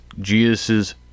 Jesus